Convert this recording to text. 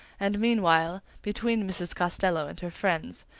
and meanwhile, between mrs. costello and her friends,